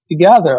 together